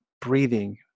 breathing